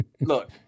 look